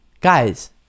Guys